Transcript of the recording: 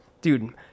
Dude